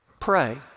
Pray